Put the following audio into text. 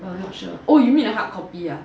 I'm not sure oh you mean the hardcopy ah